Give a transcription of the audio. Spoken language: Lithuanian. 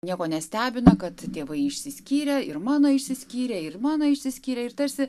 nieko nestebina kad tėvai išsiskyrę ir mano išsiskyrę ir mano išsiskyrę ir tarsi